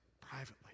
privately